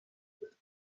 with